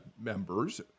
members